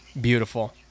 beautiful